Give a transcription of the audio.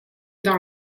dans